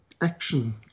action